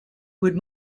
would